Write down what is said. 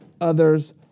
others